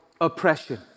oppression